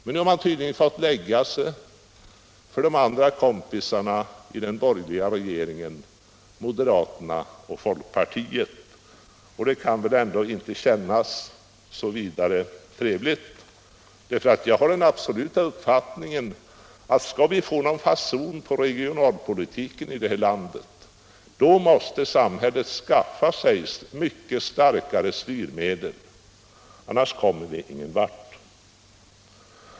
Men nu har man tydligen fått ge sig för kompisarna i den borgerliga regeringen, moderaterna och folkpartiet. Det kan väl inte kännas så trevligt. Jag har uppfattningen att skall vi få någon fason på regionalpolitiken här i landet måste samhället skaffa sig mycket starkare styrmedel — annars kommer vi ingen var.